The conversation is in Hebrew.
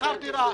שכר דירה,